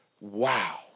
wow